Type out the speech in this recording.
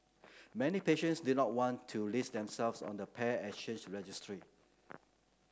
many patients did not want to list themselves on the paired exchange registry